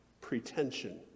pretension